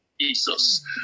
Jesus